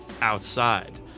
outside